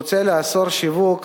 מוצע לאסור שיווק